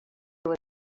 was